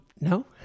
no